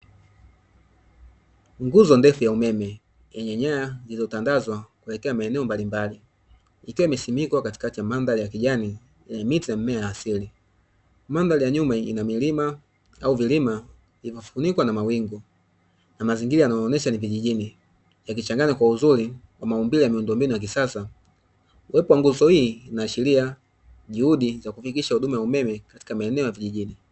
Nguzo ndefu ya umeme, yenye nyaya zilizotandazwa kuelekea maeneo mbalimbali, ikiwa imesimikwa katikati ya madhari ya kijani yenye miti na mimea ya asili. Mandhari ya nyuma ina milima au vilima vilivyofunikwa na mawingu. Mazingira yanaonyesha ni kijijini, yakichanganya uzuri na maumbile ya miundo mbinu ya kisasa. Uwepo wa nguzo hii inaashiria juhudi za kufikisha umeme katika maeneo ya vijijini.